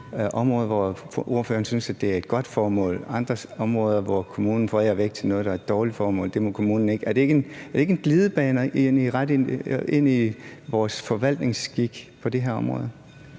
område, hvor ordføreren synes det er et godt formål, men når kommunen forærer væk til noget, der er et dårligt formål, må kommunen ikke? Er det ikke en glidebane at rette i vores forvaltningsskik på det her område?